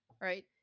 right